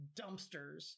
dumpsters